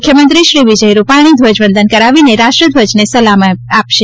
મુખ્યમંત્રી શ્રી વિજય રૂપાલી ધ્વજવંદન કરાવીને રાષ્ટ્રધ્વજને સલામી આપશે